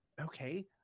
okay